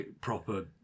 proper